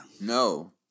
No